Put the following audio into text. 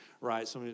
right